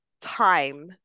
time